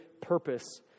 purpose